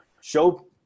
show